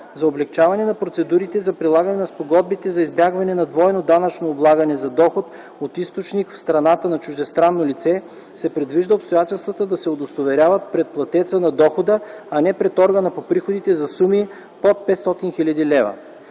За облекчаване на процедурите за прилагане на спогодбите за избягване на двойно данъчно облагане за доход от източник в страната на чуждестранно лице, се предвижда обстоятелствата да се удостоверяват пред платеца на дохода, а не пред органа по приходите за суми под 500 000 лева.